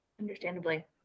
Understandably